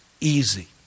easy